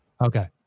Okay